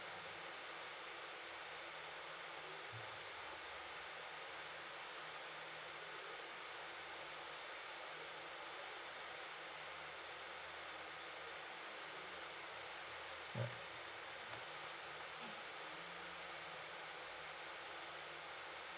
uh